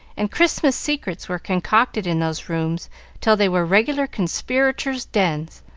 and christmas secrets were concocted in those rooms till they were regular conspirators' dens,